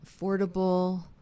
affordable